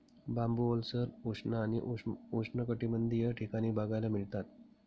बांबू ओलसर, उष्ण आणि उष्णकटिबंधीय ठिकाणी बघायला मिळतात